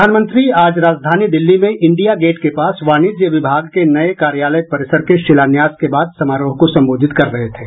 प्रधानमंत्री आज राजधानी दिल्ली में इंडिया गेट के पास वाणिज्य विभाग के नए कार्यालय परिसर के शिलान्यास के बाद समारोह को संबोधित कर रहे थे